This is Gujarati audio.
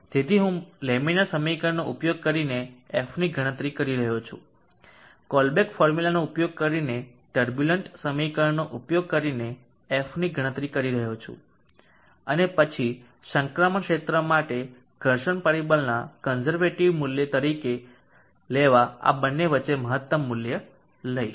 તેથી હું લેમિનર સમીકરણનો ઉપયોગ કરીને f ની ગણતરી કરી રહ્યો છું કોલબ્રૂક ફોર્મ્યુલાનો ઉપયોગ કરીને ટર્બુલન્ટ સમીકરણનો ઉપયોગ કરીને f ની ગણતરી કરી રહ્યો છું અને પછી સંક્રમણ ક્ષેત્ર માટે ઘર્ષણ પરિબળના કોનઝરવેટીવ મૂલ્ય તરીકે લેવા આ બંને વચ્ચે મહત્તમ મૂલ્ય લઈશ